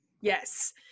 yes